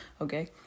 Okay